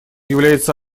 является